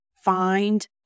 Find